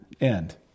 end